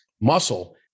muscle